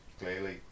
clearly